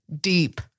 deep